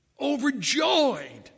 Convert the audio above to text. overjoyed